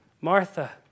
Martha